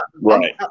Right